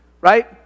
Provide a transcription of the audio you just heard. right